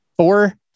four